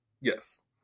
Yes